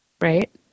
Right